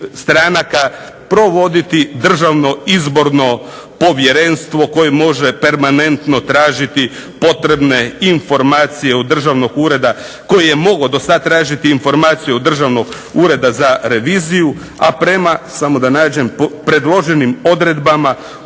stranaka provoditi Državno izborno povjerenstvo koje može permanentno tražiti potrebne informacije od Državnog ureda koji je mogao dosad tražiti informaciju od Državnog ureda za reviziju, a prema, samo da nađem, predloženim odredbama